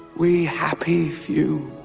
we happy few.